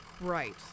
Right